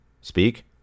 Speak